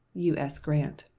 u s. grant.